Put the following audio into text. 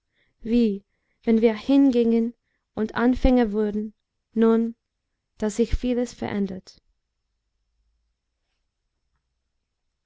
wie wenn wir hingingen und anfänger würden nun da sich vieles verändert